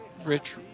rich